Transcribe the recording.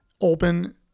open